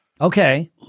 Okay